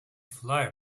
flyer